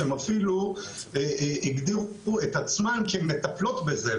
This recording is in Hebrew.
שהן אפילו הגדירו את עצמן כמטפלות בזה,